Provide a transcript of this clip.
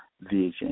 vision